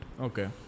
Okay